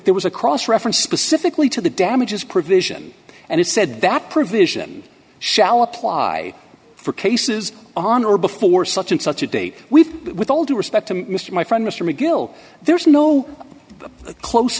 there was a cross reference specifically to the damages provision and it said that provision shall apply for cases on or before such and such a date with with all due respect to mr my friend mr mcgill there is no close